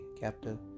captive